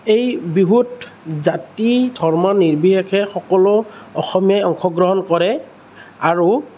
এই বিহুত জাতি ধৰ্ম নিৰ্বিশেষে সকলো অসমীয়াই অংশগ্ৰহণ কৰে আৰু